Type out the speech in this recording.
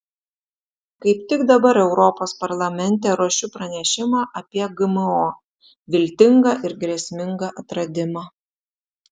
kaip tik dabar europos parlamente ruošiu pranešimą apie gmo viltingą ir grėsmingą atradimą